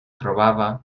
trobava